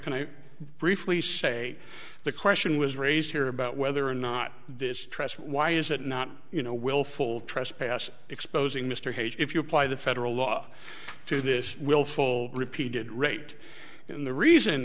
can i briefly say the question was raised here about whether or not this trust why is it not you know willful trespassing exposing mr hage if you apply the federal law to this willful repeated rate and the reason